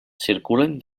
circulen